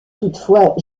toutefois